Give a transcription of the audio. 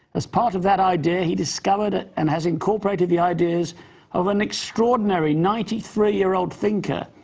as part of that idea, he discovered and has incorporated the ideas of an extraordinary ninety three year-old thinker,